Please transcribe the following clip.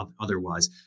otherwise